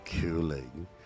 cooling